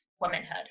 womanhood